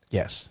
Yes